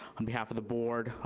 on behalf of the board,